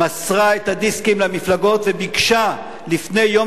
מסרה את הדיסקים למפלגות וביקשה לפני יום